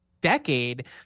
decade